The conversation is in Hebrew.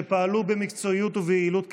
תודה, וביעילות כתמיד,